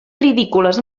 ridícules